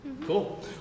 Cool